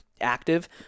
active